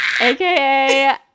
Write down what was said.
AKA